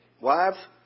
Wives